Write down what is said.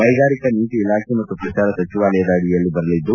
ಕ್ಟೆಗಾರಿಕಾ ನೀತಿ ಇಲಾಖೆ ಮತ್ತು ಪ್ರಚಾರ ಸಚಿವಾಲಯ ಅಡಿಯಲ್ಲಿ ಬರಲಿದ್ದು